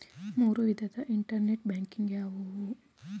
ಮೂರು ವಿಧದ internet banking ಯಾವುವು?